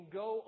go